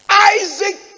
Isaac